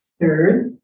Third